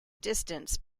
distance